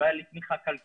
לא הייתה לי תמיכה כלכלית.